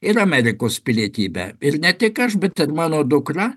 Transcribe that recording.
ir amerikos pilietybę ir ne tik aš bet ir mano dukra